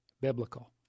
biblical